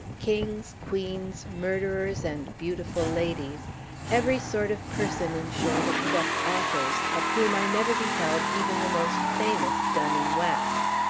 kings, queens, murderers, and beautiful ladies every sort of person, in short, except authors, of whom i never beheld even the most famous done in wax.